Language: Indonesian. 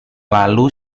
lalu